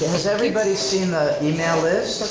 has everybody seen the email list